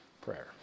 prayer